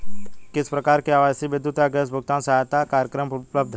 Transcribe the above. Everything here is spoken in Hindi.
किस प्रकार के आवासीय विद्युत या गैस भुगतान सहायता कार्यक्रम उपलब्ध हैं?